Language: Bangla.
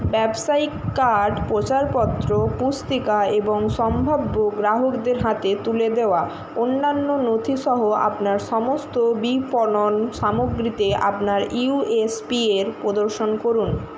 ব্যবসায়িক কার্ড প্রচারপত্র পুস্তিকা এবং সম্ভাব্য গ্রাহকদের হাতে তুলে দেওয়া অন্যান্য নথি সহ আপনার সমস্ত বিপণন সামগ্রীতে আপনার ইউ এস পি এর প্রদর্শন করুন